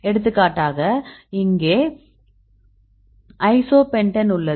எடுத்துக்காட்டாக இங்கே ஐசோபென்டேன் உள்ளது